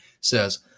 says